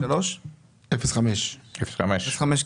05. 05,